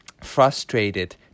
frustrated